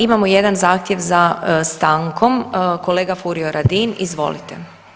Imamo jedan zahtjev za stankom, kolega Furio Radin, izvolite.